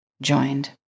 joined